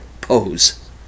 pose